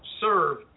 serve